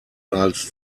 als